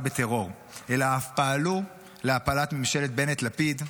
בטרור אלא אף פעלו להפלת ממשלת בנט-לפיד,